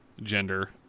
gender